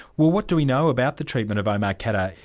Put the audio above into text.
well what do we know about the treatment of omar khadr?